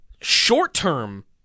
short-term